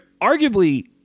arguably